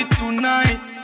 tonight